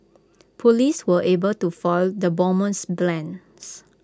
Police were able to foil the bomber's plans